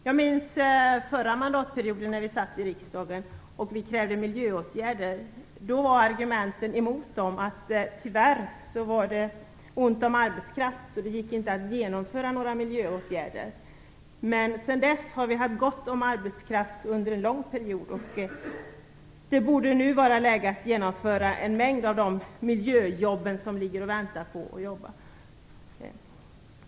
När vi förra gången satt i riksdagen och krävde miljöåtgärder var argumenten mot dem att det tyvärr var så ont om arbetskraft att det inte gick att genomföra några miljöåtgärder. Men sedan dess har vi haft gott om arbetskraft under en lång period. Det borde nu vara läge att genomföra en mängd miljöåtgärder.